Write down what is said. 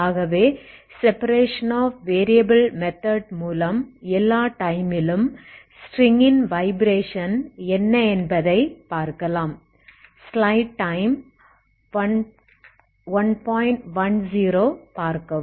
ஆகவே separation of variable method மூலம் எல்லா டைமிலும் ஸ்ட்ரிங் -ன் வைப்ரேஷன் என்ன என்பதை பார்க்கலாம்